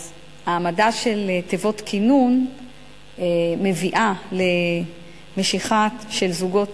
אז ההעמדה של תיבות קינון מביאה למשיכה של זוגות